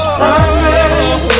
promise